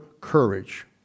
courage